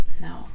No